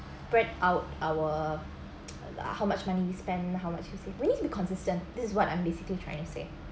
spread out our how much money you spend how much you say we need to be consistent this is what I'm basically trying to say